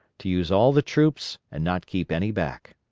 to use all the troops and not keep any back.